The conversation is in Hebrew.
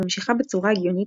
ממשיכה בצורה הגיונית,